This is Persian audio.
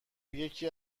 یکی